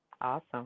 awesome